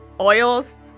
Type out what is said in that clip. oils